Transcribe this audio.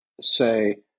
say